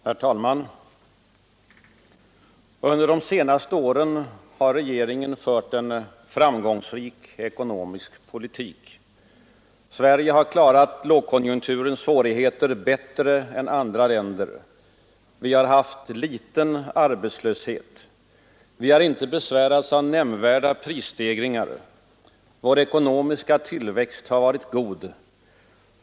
Herr talman! Under de senaste åren har regeringen fört en framgångsrik ekonomisk politik. Sverige har klarat lågkonjunkturens svårigheter bättre än andra länder. Vi har haft liten arbetslöshet. Vi har inte besvärats av nämnvärda prisstegringar. Vår ekonomiska tillväxt har varit god.